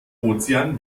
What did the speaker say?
ozean